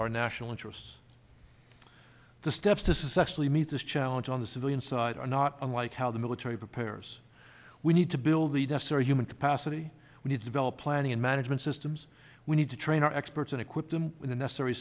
our national interests the steps this is actually meet this challenge on the civilian side are not unlike how the military prepares we need to build the necessary human capacity we need to develop planning and management systems we need to train our experts and equip them with the necessary